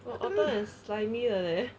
!wah! otter 很 slimy 的 leh